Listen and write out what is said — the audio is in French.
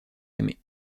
aimée